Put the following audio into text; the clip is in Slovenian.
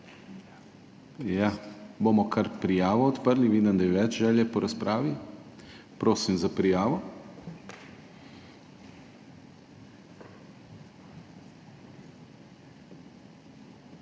kdo? Bomo kar prijavo odprli, vidim, da je več želja po razpravi. Prosim za prijavo.